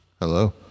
Hello